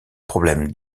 problème